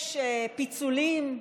יש פיצולים.